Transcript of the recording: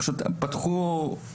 הם פתחו את